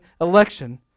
election